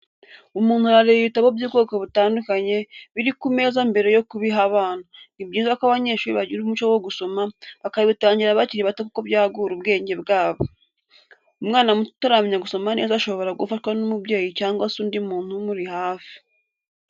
Umuntu arareba ibitabo by'ubwoko butandukanye, biri ku meza mbere yo kubiha abana, ni byiza ko abanyeshuri bagira umuco wo gusoma, bakabitangira bakiri bato kuko byagura ubwenge bwabo. Umwana muto utaramenya gusoma neza ashobora gufashwa n'umubyeyi cyangwa se undi muntu umuri hafi.